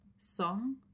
song